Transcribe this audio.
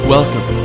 Welcome